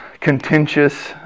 contentious